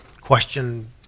question